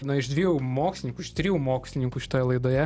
na iš dviejų mokslininkų iš trijų mokslininkų šitoje laidoje